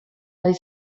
ari